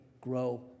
grow